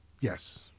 Yes